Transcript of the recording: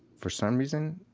for some reason,